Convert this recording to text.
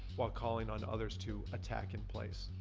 while calling on others to attack in place.